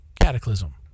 Cataclysm